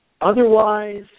otherwise